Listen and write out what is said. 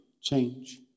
change